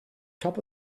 top